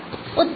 यह उत्तर है